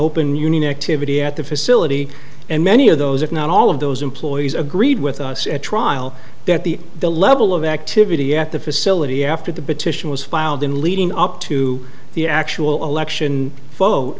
open union activity at the facility and many of those if not all of those employees agreed with us at trial that the the level of activity at the facility after the petition was filed in leading up to the actual election